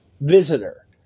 visitor